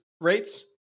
rates